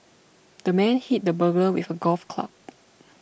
the man hit the burglar with a golf club